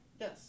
Yes